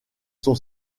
sont